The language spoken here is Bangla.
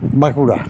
বাঁকুড়া